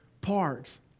parts